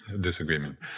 disagreement